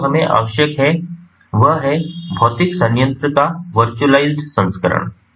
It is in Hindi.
तो जो हमें आवश्यक है वह है भौतिक संयंत्र का वर्चुअलाइज्ड संस्करण